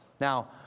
Now